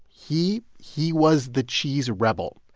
he he was the cheese rebel.